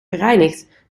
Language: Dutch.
gereinigd